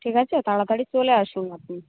ঠিক আছে তাড়াতাড়ি চলে আসুন আপনি